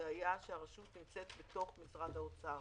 זה היה כי הרשות נמצאת בתוך משרד האוצר